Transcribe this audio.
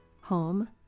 home